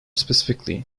specifically